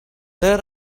there